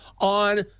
on